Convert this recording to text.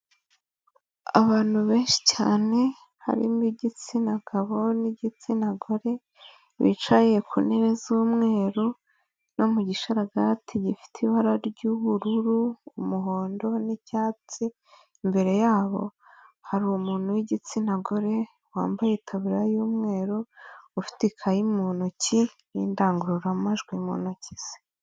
Abantu benshi cyane, harimo igitsina gabo n'igitsina gore, bicaye ku ntebe z'umweru no mu gisharagati gifite ibara ry'ubururu, umuhondo n'icyatsi, imbere yabo hari umuntu w'igitsina gore wambaye itaburiya y'umweru, ufite ikayi mu ntoki n'indangururamajwi mu ntoki ze.